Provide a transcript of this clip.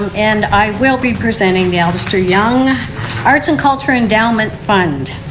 and i will be presenting the allister young arts and culture endow meant fund.